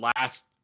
last